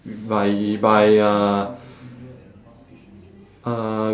by by uh uh